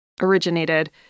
originated